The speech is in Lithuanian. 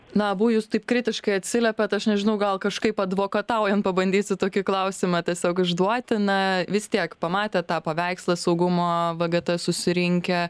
na abu jūs taip kritiškai atsiliepėt aš nežinau gal kažkaip advokataujan pabandysiu tokį klausimą tiesiog išduoti na vis tiek pamatę tą paveikslą saugumo vgt susirinkę